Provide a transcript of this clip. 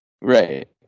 Right